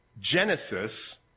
Genesis